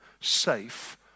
safe